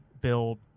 build